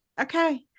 okay